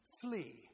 flee